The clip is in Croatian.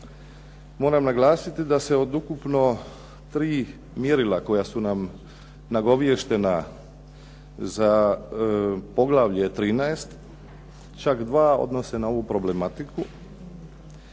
Moram naglasiti da se od ukupno 3 mjerila koja su nam nagoviještena za poglavlje 13. čak 2 odnose na ovu problematiku